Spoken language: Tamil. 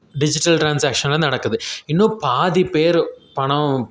டிஜிட்டல் ட்ரான்ஸாக்ஷனாக நடக்குது இன்னும் பாதி பேர் பணம்